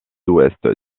ouest